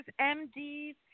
MDs